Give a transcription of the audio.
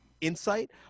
insight